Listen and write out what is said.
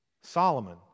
Solomon